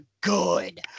good